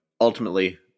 Ultimately